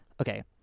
Okay